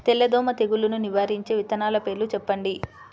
తెల్లదోమ తెగులును నివారించే విత్తనాల పేర్లు చెప్పండి?